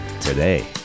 today